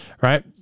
Right